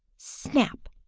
snap!